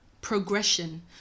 progression